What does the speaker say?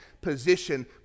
position